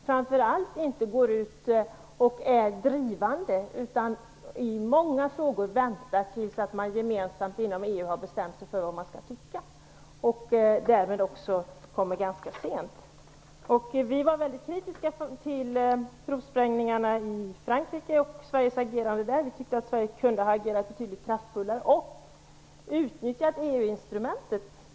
Framför allt går Sverige inte ut och är drivande utan i många frågor väntar vi till dess att man inom EU gemensamt har bestämt sig för vad man skall tycka. Därmed kommer man också ganska sent. Vi var väldigt kritiska till de franska provsprängningarna och Sveriges agerande i samband med dem. Vi tycker att Sverige kunde ha agerat betydligt kraftfullare och utnyttjat EU-instrumentet.